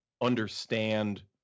understand